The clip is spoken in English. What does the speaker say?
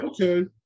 okay